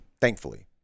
Thankfully